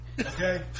okay